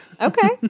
Okay